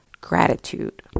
gratitude